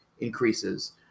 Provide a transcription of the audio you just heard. increases